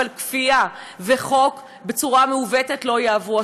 אבל כפייה וחוק בצורה מעוותת לא יעברו.